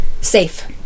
safe